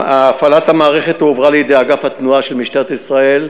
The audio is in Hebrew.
הפעלת המערכת הועברה לידי אגף התנועה של משטרת ישראל,